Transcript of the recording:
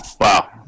Wow